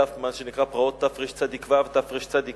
מה שנקרא פרעות תרצ"ו תרצ"ח.